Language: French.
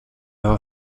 par